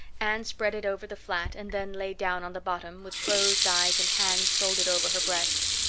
anne spread it over the flat and then lay down on the bottom, with closed eyes and hands folded over her breast.